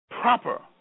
proper